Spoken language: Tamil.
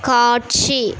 காட்சி